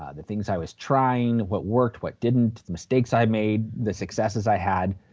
ah the things i was trying what worked, what didn't, mistakes i made, the successes i had.